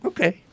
Okay